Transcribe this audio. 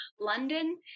London